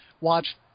Watch